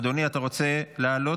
אדוני, אתה רוצה להציג?